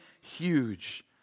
huge